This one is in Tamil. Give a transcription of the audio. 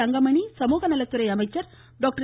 தங்கமணி சமூகநலத்துறை அமைச்சர் டாக்டர்